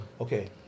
okay